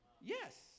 Yes